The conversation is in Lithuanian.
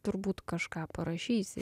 turbūt kažką parašysi